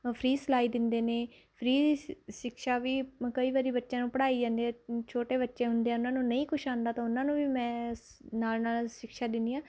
free ਸਿਖਲਾਈ ਦਿੰਦੇ ਨੇ ਫ੍ਰੀ ਸਿ ਸਿਕਸ਼ਾ ਵੀ ਕਈ ਵਾਰੀ ਬੱਚਿਆਂ ਨੂੰ ਪੜ੍ਹਾਈ ਜਾਂਦੀ ਛੋਟੇ ਬੱਚੇ ਹੁੰਦੇ ਆ ਉਨ੍ਹਾਂ ਨੂੰ ਨਹੀਂ ਕੁਛ ਆਉਂਦਾ ਤਾਂ ਉਨ੍ਹਾਂ ਨੂੰ ਵੀ ਮੈਂ ਸ ਨਾਲ ਨਾਲ ਸਿਕਸ਼ਾ ਦਿੰਦੀ ਹਾਂ